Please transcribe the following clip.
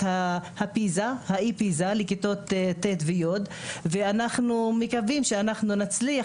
ה-PISA לכיתות ט' ו-י' ואנחנו מקווים שנצליח,